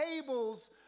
tables